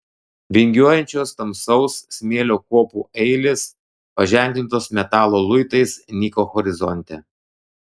vingiuojančios tamsaus smėlio kopų eilės paženklintos metalo luitais nyko horizonte